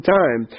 time